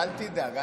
אל תדאג.